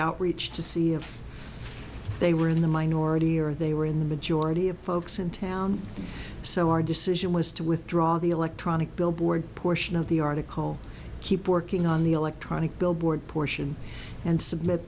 outreach to see if they were in the minority or they were in the majority of folks in town so our decision was to withdraw the electronic billboard portion of the article keep working on the electronic billboard portion and submit